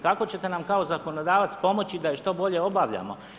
Kao ćete nam kao zakonodavac pomoći da je što bolje obavljamo?